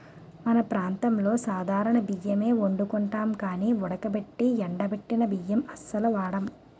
మన ప్రాంతంలో సాధారణ బియ్యమే ఒండుకుంటాం గానీ ఉడకబెట్టి ఎండబెట్టిన బియ్యం అస్సలు వాడం